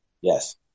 Yes